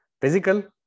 physical